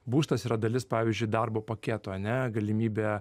būstas yra dalis pavyzdžiui darbo paketo ane galimybė